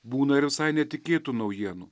būna ir visai netikėtų naujienų